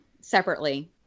separately